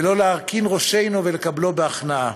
ולא להרכין ראשנו ולקבלו בהכנעה.